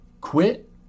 quit